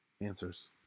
answers